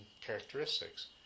characteristics